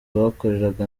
bakoreraga